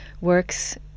works